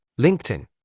LinkedIn